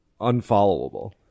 unfollowable